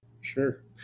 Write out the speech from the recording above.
Sure